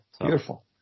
beautiful